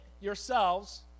yourselves